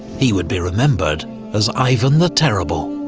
he would be remembered as ivan the terrible.